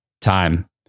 time